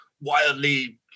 wildly